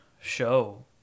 show